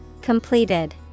Completed